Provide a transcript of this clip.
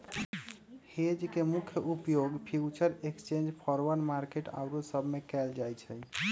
hedge के मुख्य उपयोग फ्यूचर एक्सचेंज, फॉरवर्ड मार्केट आउरो सब में कएल जाइ छइ